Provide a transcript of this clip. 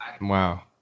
wow